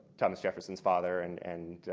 thomas jefferson's father. and and